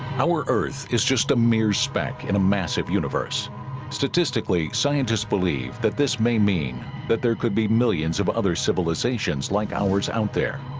our earth is just a mere speck in a massive universe statistically scientists believe that this may mean that there could be millions of other civilizations like ours out there